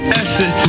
effort